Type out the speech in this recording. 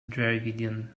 dravidian